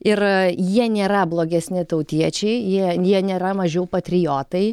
ir jie nėra blogesni tautiečiai jie jie nėra mažiau patriotai